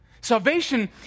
Salvation